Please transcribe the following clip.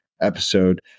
episode